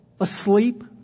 asleep